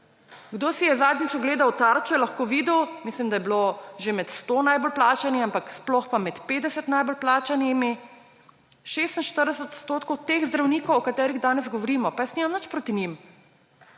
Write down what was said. Kdo si je zadnjič ogledal Tarčo, je lahko videl, mislim da je bilo že med 100 najbolj plačanih, ampak sploh pa med 50 najbolj plačanimi, 46 % teh zdravnikov, o katerih danes govorimo. Pa jaz nimam nič proti njim,